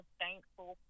thankful